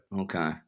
Okay